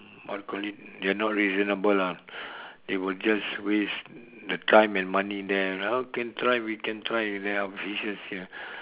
how to call it they are not reasonable ah they will just waste the time and money there how can try we can try there are fishes here